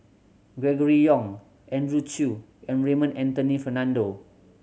Gregory Yong Andrew Chew and Raymond Anthony Fernando